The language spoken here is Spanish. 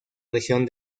región